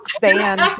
band